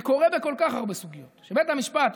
זה קורה בכל כך הרבה סוגיות שבית המשפט,